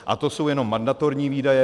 A to jsou jenom mandatorní výdaje.